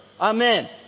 Amen